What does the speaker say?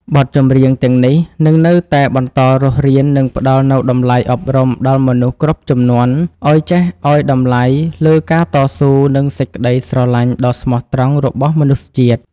បទចម្រៀងទាំងនេះនឹងនៅតែបន្តរស់រាន និងផ្ដល់នូវតម្លៃអប់រំដល់មនុស្សគ្រប់ជំនាន់ ឱ្យចេះឱ្យតម្លៃលើការតស៊ូ និងសេចក្តីស្រឡាញ់ដ៏ស្មោះត្រង់របស់មនុស្សជាតិ។